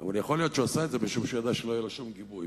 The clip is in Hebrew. אבל יכול להיות שהוא עשה את זה משום שהוא ידע שלא יהיה לו שום גיבוי,